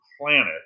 planet